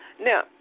Now